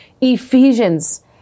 Ephesians